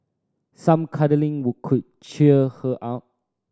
some cuddling would could cheer her up